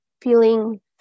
feeling